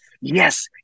yes